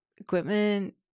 equipment